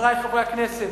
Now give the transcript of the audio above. חברי חברי הכנסת,